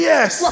Yes